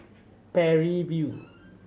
Parry View